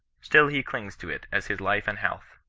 still he clings to it as his life and health.